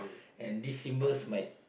and this symbols might